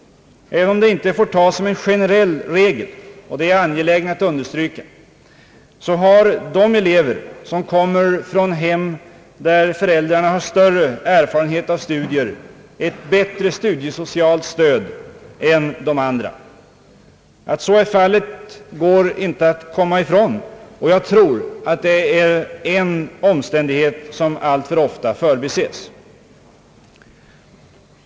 även om detta inte får tas som en generell regel — och det är jag angelägen att understryka — så har de elever som kommer från hem där för äldrarna har större erfarenhet av studier ett bättre studiesocialt stöd än de andra. Att så är fallet går inte att komma ifrån, och jag tror att det är en omständighet som alltför ofta förbises.